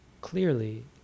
clearly